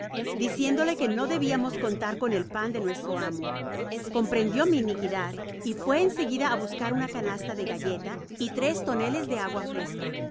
diciéndole que no debiamos contar con el pan de nuestro amo comprendió mi iniquidad y fué en seguida á buscar una canasta de galleta y tres toneles de agua fresca